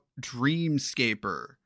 Dreamscaper